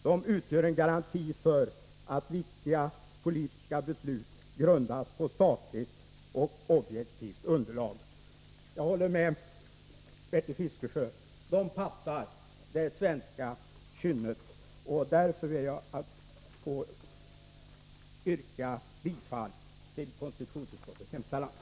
De utgör en garanti för att viktiga politiska beslut grundas på sakligt och objektivt underlag. Jag håller med Bertil Fiskesjö: Kommittéerna passar det svenska kynnet. Därför ber jag att få yrka bifall till konstitutionsutskottets hemställan.